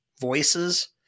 voices